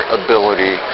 ability